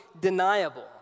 deniable